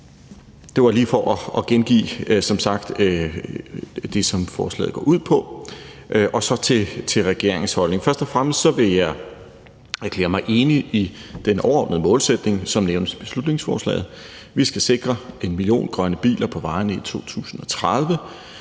det var lige for at gengive det, som forslaget går ud på. Og så vil jeg gå over til regeringens holdning. Først og fremmest vil jeg erklære mig enig i den overordnede målsætning, som nævnes i beslutningsforslaget. Vi skal sikre 1 million grønne biler på vejene i 2030.